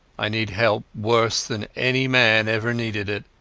i need help worse than any man ever needed it,